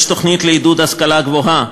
יש תוכנית לעידוד השכלה גבוהה,